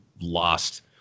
lost